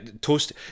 toast